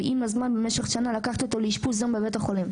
ועם הזמן במשך שנה לקחתי אותו לאשפוז יום בבית החולים.